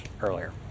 earlier